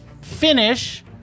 finish